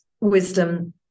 wisdom